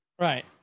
Right